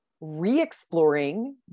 re-exploring